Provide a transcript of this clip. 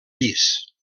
llis